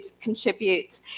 contribute